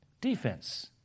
Defense